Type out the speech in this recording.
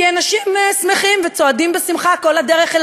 כי אנשים שמחים וצועדים בשמחה כל הדרך אל